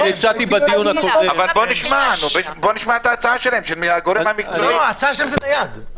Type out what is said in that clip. ההצעה שלהם זה קלפי ניידת.